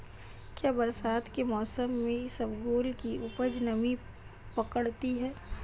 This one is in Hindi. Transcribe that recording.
क्या बरसात के मौसम में इसबगोल की उपज नमी पकड़ती है?